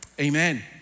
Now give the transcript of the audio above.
amen